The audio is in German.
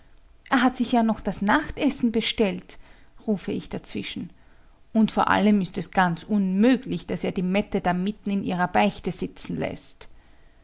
er hat sich ja noch das nachtessen bestellt rufe ich dazwischen und vor allem ist es ganz unmöglich daß er die mette da mitten in ihrer beichte sitzen läßt